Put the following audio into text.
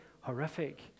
horrific